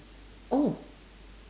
oh